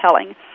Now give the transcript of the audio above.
telling